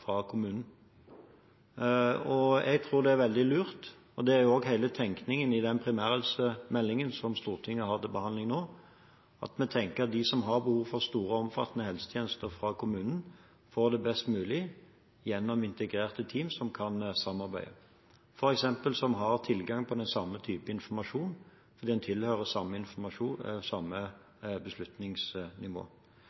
fra kommunen. Jeg tror det er veldig lurt – og det er også hele tenkningen i den primærhelsemeldingen som Stortinget har til behandling nå – at vi tenker at de som har behov for store og omfattende helsetjenester fra kommunen, får dette best mulig gjennom integrerte team som kan samarbeide, som f.eks. har tilgang til den samme type informasjon, eller som tilhører samme